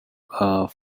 earth